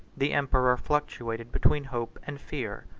the emperor fluctuated between hope and fear,